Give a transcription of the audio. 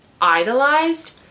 idolized